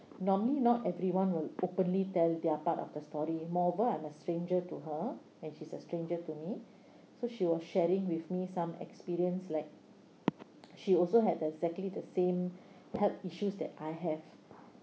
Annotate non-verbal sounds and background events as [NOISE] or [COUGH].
normally not everyone will properly tell their part of the story moreover I'm a stranger to her and she's a stranger to me [BREATH] so she was sharing with me some experience like she also had exactly the same [BREATH] health issues that I have